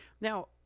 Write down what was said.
now